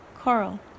coral